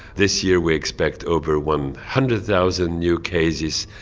this year we expect over one hundred thousand new cases.